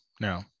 No